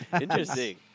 Interesting